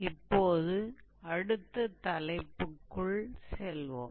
இப்போது அடுத்த தலைப்புக்குள் செல்வோம்